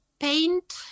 Paint